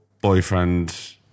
boyfriend